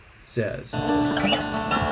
says